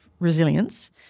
Resilience